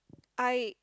I